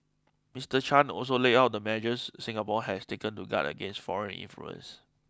Mister Chan also laid out the measures Singapore has taken to guard against foreign influence